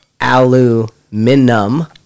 aluminum